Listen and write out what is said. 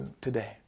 today